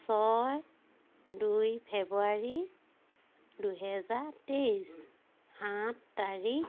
ছয় দুই ফেব্ৰুৱাৰী দুহেজাৰ তেইছ সাত তাৰিখ